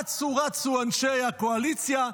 אצו-רצו אנשי הקואליציה,